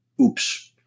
Oops